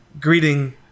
greeting